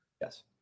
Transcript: Yes